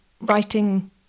writing